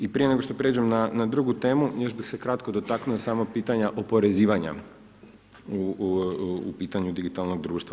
I prije nego što pređem na drugu temu, još bih se kratko dotaknuo samo pitanja oporezivanja u pitanju digitalnog društva.